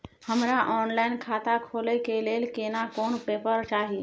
हमरा ऑनलाइन खाता खोले के लेल केना कोन पेपर चाही?